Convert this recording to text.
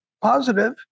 positive